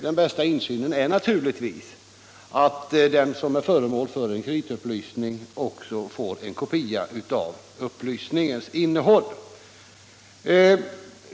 Den bästa insynen är naturligtvis att den som är föremål för en kreditupplysning också får en kopia av upplysningens innehåll.